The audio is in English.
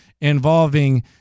involving